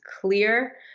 clear